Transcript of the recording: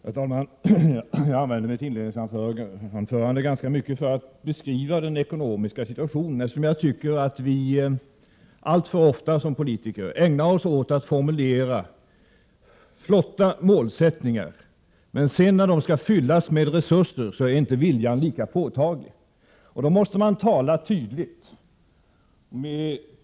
Herr talman! Jag använde mitt inledningsanförande för att beskriva den ekonomiska situationen, eftersom jag tycker att vi politiker alltför ofta ägnar oss åt att formulera flotta mål. När sedan dessa mål kräver resurser är viljan inte lika påtaglig. Då måste man tala tydligt.